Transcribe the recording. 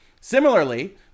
Similarly